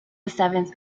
seventh